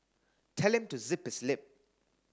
tell him to zip his lip